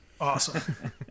awesome